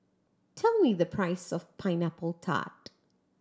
tell me the price of Pineapple Tart